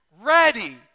ready